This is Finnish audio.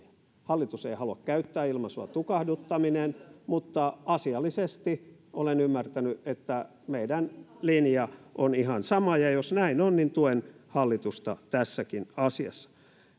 hallitus ei halua käyttää ilmaisua tukahduttaminen mutta asiallisesti olen ymmärtänyt että meidän linja on ihan sama ja jos näin on niin tuen hallitusta tässäkin asiassa